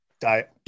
diet